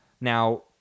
now